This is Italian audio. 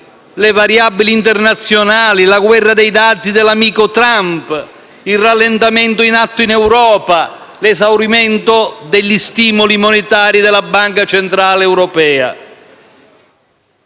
le variabili internazionali, la guerra dei dazi dell'amico Trump, il rallentamento in atto in Europa, l'esaurimento degli stimoli monetari della Banca centrale europea.